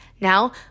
Now